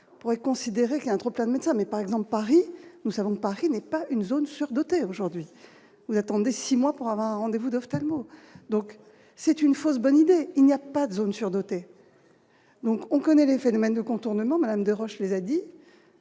pourrait considérer qu'un trop plein de médecins mais par exemple Paris, nous savons que Paris n'est pas une zone sur-dotée aujourd'hui vous attendez 6 mois pour avoir un rendez-vous d'ophtalmo, donc c'est une fausse bonne idée, il n'y a pas de zones surdotées donc on connaît les phénomènes de contournement Madame Desroches les a dit